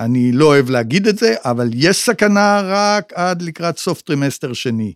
אני לא אוהב להגיד את זה, אבל יש סכנה רק עד לקראת סוף טרימסטר שני.